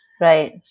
right